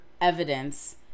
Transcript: evidence